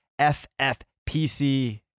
ffpc